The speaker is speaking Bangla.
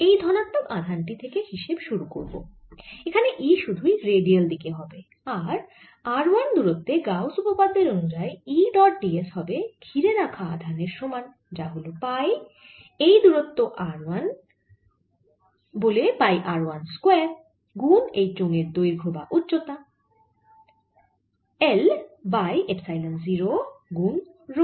এই ধনাত্মক আধান টি থেকে হিসেব শুরু করব এখানে E সুধুই রেডিয়াল দিকে হবে আর r 1 দূরত্বে গাউস উপপাদ্যের অনুযায়ী E ডট d s হবে ঘিরে রাখা আধানের সমান যা হল পাই এই দূরত্ব r 1 বলে পাই r 1 স্কয়ার গুন এই চোঙের দৈর্ঘ্য বা উচ্চতা l বাই এপসাইলন 0 গুন রো